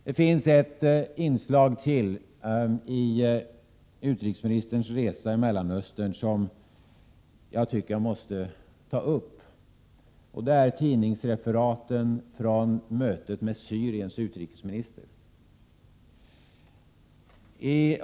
Det finns ett inslag till beträffande utrikesministerns resa i Mellanöstern som jag måste få ta upp. Det gäller ett tidningsreferat från mötet med Syriens utrikesminister.